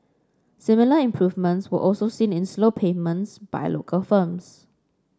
similar improvements were also seen in slow payments by local firms